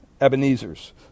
Ebenezer's